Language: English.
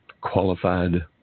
qualified